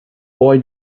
boy